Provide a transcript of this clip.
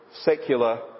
secular